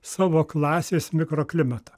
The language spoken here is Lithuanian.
savo klasės mikroklimatą